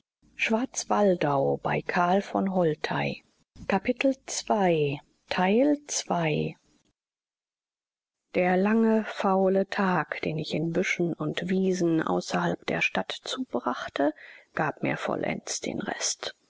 der lange faule tag den ich in büschen und wiesen außerhalb der stadt zubrachte gab mir vollends den rest